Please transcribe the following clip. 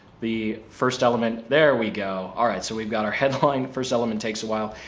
the first element, there we go. all right. so we've got our headline for settlement takes awhile.